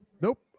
nope